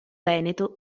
veneto